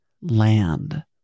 land